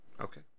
Okay